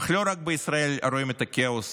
אך לא רק בישראל רואים את הכאוס